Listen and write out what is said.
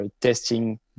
testing